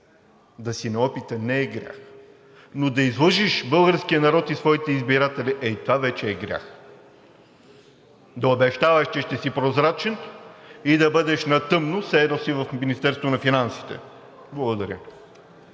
Да си неопитен не е грях, но да излъжеш българския народ и своите избиратели, ей това вече е грях. Да обещаваш, че ще си прозрачен и да бъдеш на тъмно все едно си в Министерството на финансите. Благодаря.